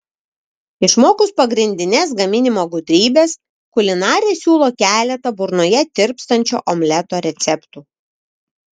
išmokus pagrindines gaminimo gudrybes kulinarė siūlo keletą burnoje tirpstančio omleto receptų